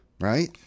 right